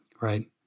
right